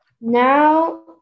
now